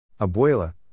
Abuela